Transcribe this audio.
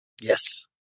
Yes